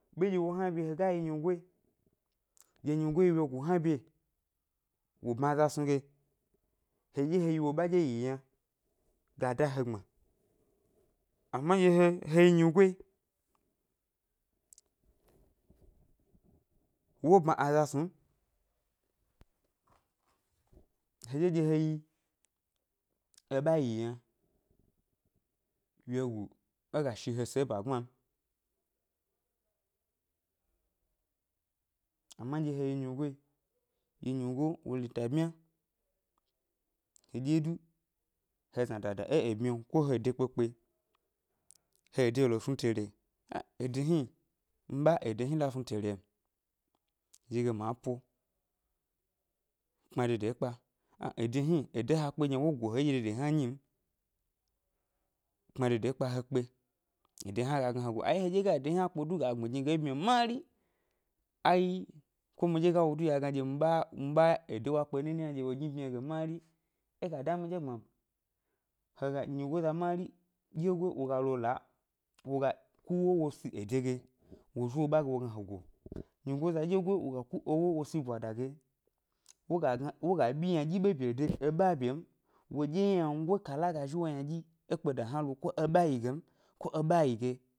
Ɓeɗye wo hna bye, he ga yi nyigoyi, ɗye nyigo wyegu hna bye wo bma aza snu ge, heɗye he yi wo ʻɓa ɗye yi yi yna ga da he gbama, ama ɗye he he yi nyigo yi, wo bma aza snu m, heɗye ɗye he yi eɓa yi yi yna, wyegu é ga shi he ʻse é ʻba gba m, ama nɗye he yi nyigo yi, ɗye nyigo wo rita bmya, heɗye du he ʻzna dada é ebmyio, ko he ede kpekpe, he ede è lo snu tere, ah ede hni, mi ʻɓa ede hni é la snu tere m, zhi ge gi ma po, kpma dede kpa, ah ede hni, ede ha kpe gyna wo go he éɗye dede hna nyi m, kpma dede kpa he kpe, ede hna ga gna he go, ai heɗye ga ede hna kpe du ga gbmi gni ge é bmyio mari, ai ko miɗye ga wo du ɗye a gna dye nɓa nɓa ede wa kpe nini yna ɗye wo gni bmyio ge mari, é ga da miɗye gbma m, he ga nyigoza mari ɗyegoyi, wo ga lo wo la wo ga ku ʻwo wo si ede ge wo zhi wo ɓa ge wo gna ɗye he go, nyigoza ɗyegoyi wo ga ku ewo wo si bwada ge, wo ga gna wo ga ɓyi ynaɗyi ʻɓe bye de eba yi bye m, ko eɓa yi ge m, ko eɓa yi ge.